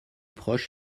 proche